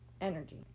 energy